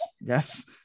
Yes